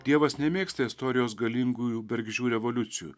dievas nemėgsta istorijos galingųjų bergždžių revoliucijų